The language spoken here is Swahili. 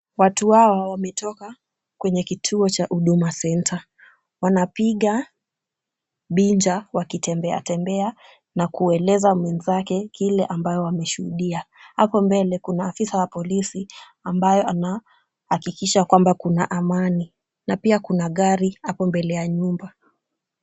Watu hawa wametoka kwenye kituo cha Huduma Centre. Wanapiga binja wakitembea tembea na kueleza mwenzake kile ambacho wameshuhudia. Hapo mbele kuna afisa wa polisi ambaye anahakikisha kwamba kuna amani na pia kuna gari hapo mbele ya nyumba.